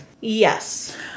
Yes